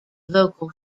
local